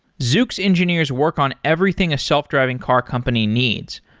zoox engineers work on everything a self-driving car company needs,